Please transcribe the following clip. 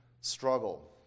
struggle